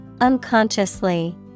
Unconsciously